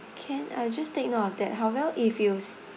can I will just take note of that however if you